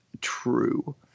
true